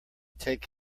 take